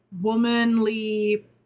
womanly